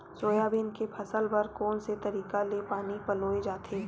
Soybean के फसल बर कोन से तरीका ले पानी पलोय जाथे?